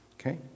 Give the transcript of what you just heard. Okay